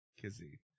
kizzy